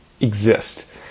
exist